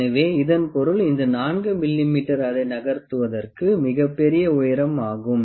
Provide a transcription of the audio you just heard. எனவே இதன் பொருள் இந்த 4 மிமீ அதை நகர்த்துவதற்கு மிகப் பெரிய உயரம் ஆகும்